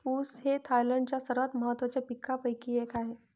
ऊस हे थायलंडच्या सर्वात महत्त्वाच्या पिकांपैकी एक आहे